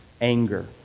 anger